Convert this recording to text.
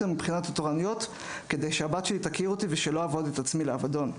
מבחינת התורנויות כדי שהבת שלי תכיר אותי וכדי שלא אעבוד את עצמי לאבדון".